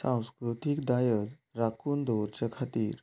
सांस्कृतीक दायज राखून दवरचे खातीर